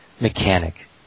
mechanic